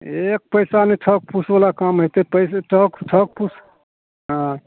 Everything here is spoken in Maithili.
एक पैसा नहि ठक फूसवला काम हेतय पैसा ठक फूस हँ